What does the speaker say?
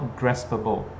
graspable